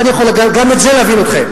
ואני יכול גם את זה להבין אתכם.